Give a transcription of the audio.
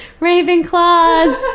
Ravenclaws